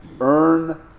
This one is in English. earn